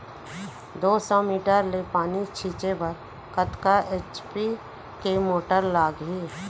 दो सौ मीटर ले पानी छिंचे बर कतका एच.पी के मोटर लागही?